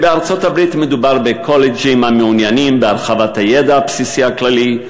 בארצות-הברית מדובר בקולג'ים המעוניינים בהרחבת הידע הבסיסי הכללי,